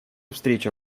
встреча